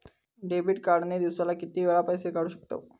Debit card ने दिवसाला किती वेळा पैसे काढू शकतव?